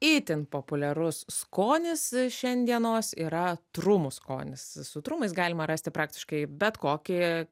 itin populiarus skonis šiandienos yra trumų skonis su trumais galima rasti praktiškai bet kokį